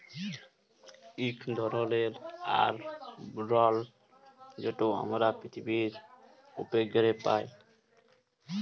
ইক ধরলের আবরল যেট আমরা পিথিবীর উপ্রে পাই